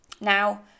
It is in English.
Now